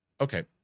Okay